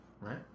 right